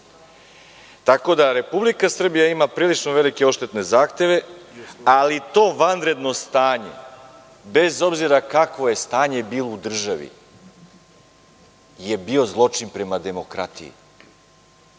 Srbije. Republika Srbija ima prilično velike odštetne zahteve, ali to vanredno stanje, bez obzira kakvo je stanje bilo u državi, je bio zločin prema demokratiji.